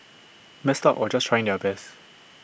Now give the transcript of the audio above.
messed up or just trying their best